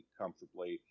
comfortably